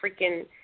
freaking